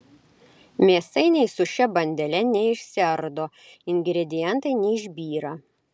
mėsainiai su šia bandele neišsiardo ingredientai neišbyra